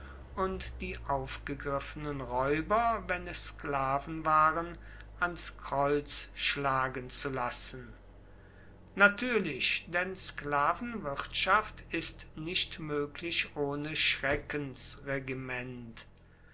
und die aufgegriffenen räuber wenn es sklaven waren ans kreuz schlagen zu lassen natürlich denn sklavenwirtschaft ist nicht möglich ohne